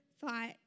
thought